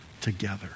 together